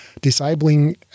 disabling